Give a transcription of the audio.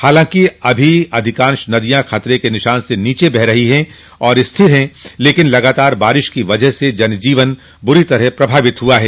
हालांकि अभी आज अधिकाश नदियां खतरे के निशान से नीचे बह रही है और स्थिर है लेकिन लगातार बारिश की वजह से जन जीवन बुरी तरह प्रभावित है